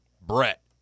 Brett